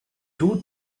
too